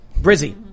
Brizzy